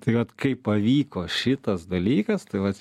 tai vat kai pavyko šitas dalykas tai vat